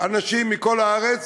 אנשים מכל הארץ